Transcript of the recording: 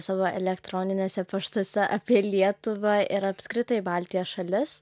savo elelektroniniuose paštuose apie lietuvą ir apskritai baltijos šalis